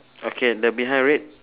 okay the behind red